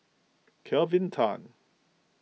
Kelvin Tan